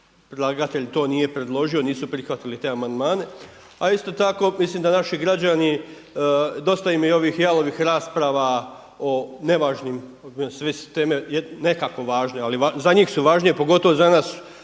Predlagatelj to nije predložio, nisu prihvatili te amandmane. A isto tako mislim da naši građani dosta im je i ovih jalovih rasprava o nevažnim, sve su teme nekako važne, ali za njih su važnije pogotovo za nas